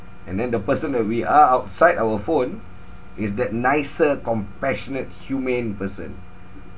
and then the person that we are outside our phone is that nicer compassionate humane person